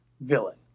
villain